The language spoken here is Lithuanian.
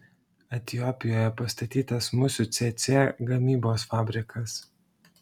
etiopijoje pastatytas musių cėcė gamybos fabrikas